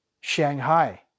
Shanghai